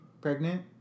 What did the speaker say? pregnant